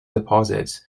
deposits